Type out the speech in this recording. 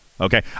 Okay